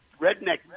redneck